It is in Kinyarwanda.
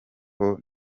ngo